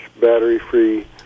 battery-free